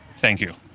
thank you.